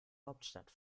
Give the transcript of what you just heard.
hauptstadt